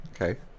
Okay